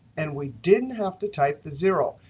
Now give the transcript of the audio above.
and we didn't have to type the zero.